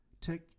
take